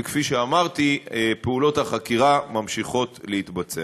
וכפי שאמרתי, פעולות החקירה ממשיכות להתבצע.